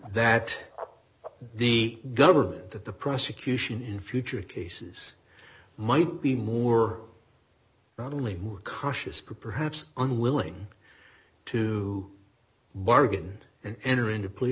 that the government that the prosecution in future cases might be more not only crushes perhaps unwilling to bargain and enter into pl